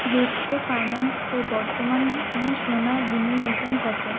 রেপকো ফাইন্যান্সে বর্তমানে সোনা বিনিয়োগ রিটার্ন কত